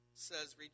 says